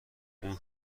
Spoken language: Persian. اون